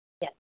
Yes